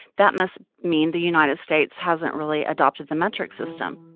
that must mean the united states hasn't really adopted the metric system.